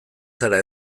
zara